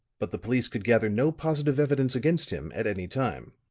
but the police could gather no positive evidence against him, at any time.